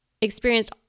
experienced